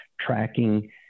tracking